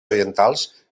orientals